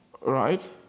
Right